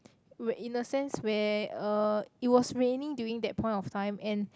where in the sense where uh it was raining during that point of time and